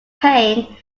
pain